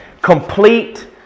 complete